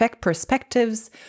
perspectives